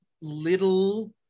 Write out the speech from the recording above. little